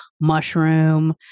mushroom